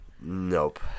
Nope